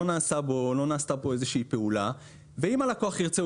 לא נעשתה בו איזושהי פעולה ואם הלקוח ירצה,